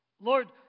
Lord